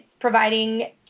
providing